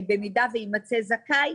במידה ויימצא זכאי,